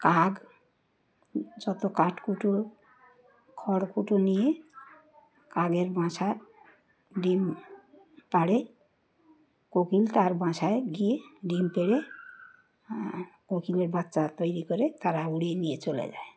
কাক যত কাঠকুটো খড়কুটো নিয়ে কাকের বাসা ডিম পাড়ে কোকিল তার বাসায় গিয়ে ডিম পেড়ে কোকিলের বাচ্চা তৈরি করে তারা উড়িয়ে নিয়ে চলে যায়